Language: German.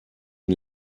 den